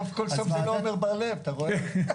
הפיגועים הם דבר של יום ביומו בעיר ירושלים,